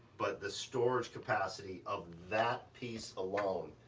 but the storage capacity of that piece alone,